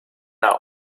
now